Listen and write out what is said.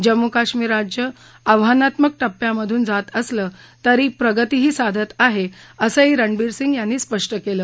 जम्मू काश्मीर राज्य आव्हानात्मक टप्प्यामधून जात असलं तरी प्रगतीही साधत आहे असंही रणबीर सिंग यांनी स्पष्ट केलं